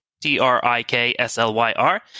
T-R-I-K-S-L-Y-R